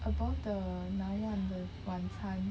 above the 难忘的晚餐